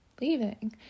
leaving